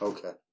Okay